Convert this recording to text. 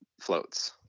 floats